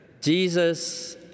Jesus